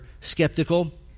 skeptical